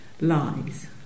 lies